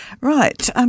Right